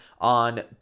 on